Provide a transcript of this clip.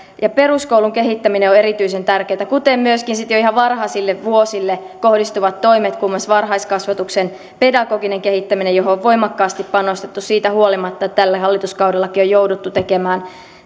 merkityksestä peruskoulun kehittäminen on erityisen tärkeätä kuten myöskin sitten jo ihan varhaisille vuosille kohdistuvat toimet kuten muun muassa varhaiskasvatuksen pedagoginen kehittäminen johon on voimakkaasti panostettu siitä huolimatta että tällä hallituskaudellakin on jouduttu tekemään